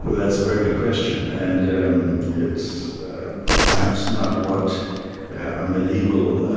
but that's a very good question. and um it's perhaps not what a medieval